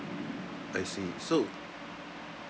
I see so